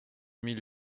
mille